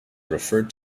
referred